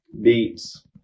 beats